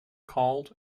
called